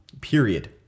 Period